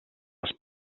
les